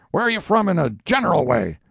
where are you from in a general way?